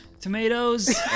tomatoes